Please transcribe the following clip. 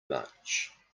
much